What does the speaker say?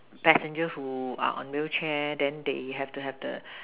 passenger who are on wheelchair then they have to have the